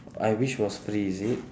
I wish was free is it